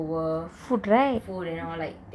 food right